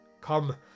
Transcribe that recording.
come